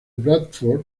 bradford